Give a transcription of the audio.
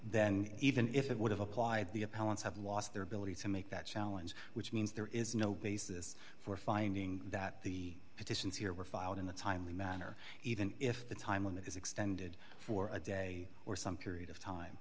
then even if it would have applied the appellants have lost their ability to make that challenge which means there is no basis for a finding that the petitions here were filed in a timely manner even if the time when that is extended for a day or some period of time